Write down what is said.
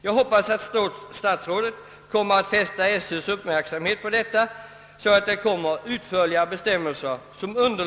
Jag hoppas att statsrådet kommer att fästa skolöverstyrelsens uppmärksamhet på detta, så att det kommer utförligare bestämmelser.